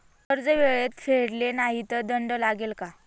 कर्ज वेळेत फेडले नाही तर दंड लागेल का?